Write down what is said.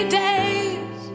days